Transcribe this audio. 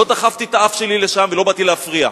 לא דחפתי את האף שלי לשם ולא באתי להפריע.